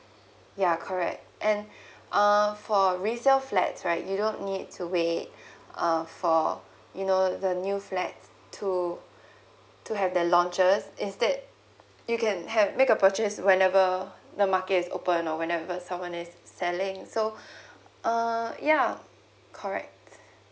ya correct and err for resale flats right you don't need to wait uh for you know the new flat to to have the launches instead you can have make a purchase whenever the market is open or whenever someone is selling so err yeah correct